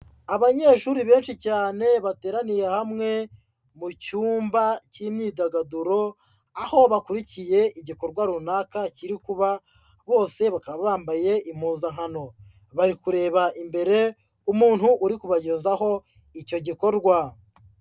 Abanyeshuri benshi cyane, bateraniye hamwe mu cyumba cy'imyidagaduro, aho bakurikiye igikorwa runaka kiri kuba, bose bakaba bambaye impuzankano. Bari kureba imbere, umuntu uri kubagezaho icyo gikorwa.